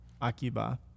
Akiba